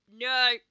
no